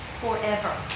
forever